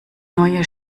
neue